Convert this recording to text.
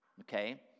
okay